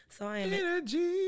Energy